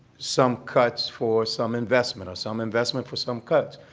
some cuts for some investment or some investment for some cuts.